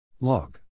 log